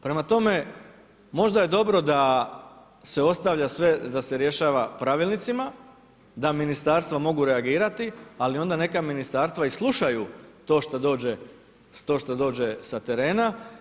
Prema tome, možda je dobro da se ostavlja sve, da se rješava pravilnicima, da ministarstva mogu reagirati ali onda neka ministarstva neka i slušaju to što dođe, to što dođe sa terena.